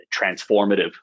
transformative